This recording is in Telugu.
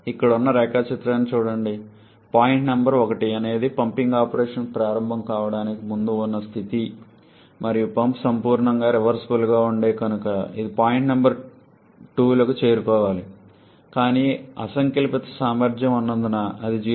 ఇక్కడ ఉన్న రేఖాచిత్రాన్ని చూడండి పాయింట్ నంబర్ 1 అనేది పంపింగ్ ఆపరేషన్ ప్రారంభం కావడానికి ముందు ఉన్న స్థితి మరియు పంప్ సంపూర్ణంగా రివర్సిబుల్గా ఉంటే కనుక ఇది పాయింట్ నంబర్ 2లకు చేరుకోవాలి కానీ అసంకల్పిత సామర్థ్యం ఉన్నందున అది 0